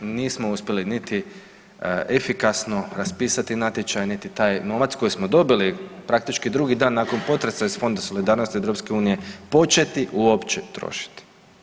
Nismo uspjeli niti efikasno raspisati natječaj, niti taj novac koji smo dobili praktički drugi dan nakon potresa iz Fonda solidarnosti Europske unije početi uopće trošiti.